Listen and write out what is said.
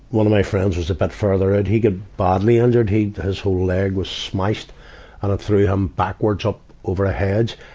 one of my friends was a bit further and he got badly injured. he, his whole leg was smashed, and it threw him backwards, up over a hedge.